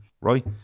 right